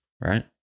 right